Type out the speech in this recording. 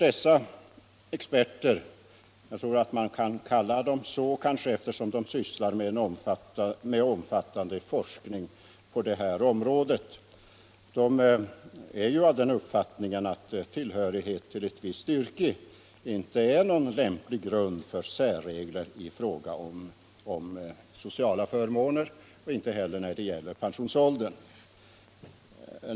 Dessa experter — jag tror man kan kalla dem så eftersom de sysslar med omfattande forskning på detta område — är av den uppfattningen att tillhörighet till visst yrke inte är någon lämplig grund för särregler i fråga om sociala förmåner, inte heller när det gäller pensionsåldern.